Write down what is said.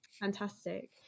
Fantastic